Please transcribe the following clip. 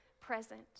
present